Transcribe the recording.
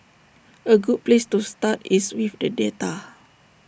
A good place to start is with the data